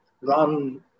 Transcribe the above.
run